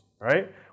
right